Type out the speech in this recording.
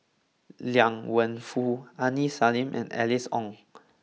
Liang Wenfu Aini Salim and Alice Ong